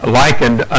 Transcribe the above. likened